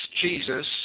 Jesus